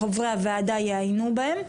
חברי הוועדה יעיינו בהם,